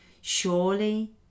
Surely